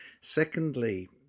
secondly